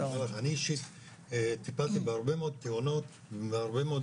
אני אישית טיפלתי בהרבה מאוד תאונות בהרבה מאוד